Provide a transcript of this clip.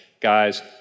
guys